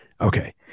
Okay